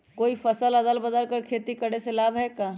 कोई फसल अदल बदल कर के खेती करे से लाभ है का?